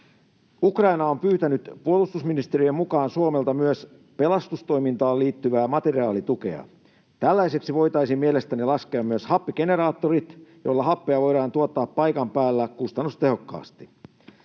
Ukraina on pyytänyt puolustusministeriön mukaan Suomelta myös pelastustoimintaan liittyvää materiaalitukea. Tällaiseksi voitaisiin mielestäni laskea myös happigeneraattorit, joilla happea voidaan tuottaa paikan päällä kustannustehokkaasti.